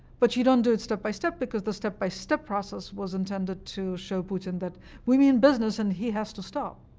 but you don't do it step by step, because the step-by-step process was intended to show putin that we mean business, and he has to stop.